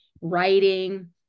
writing